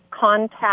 contact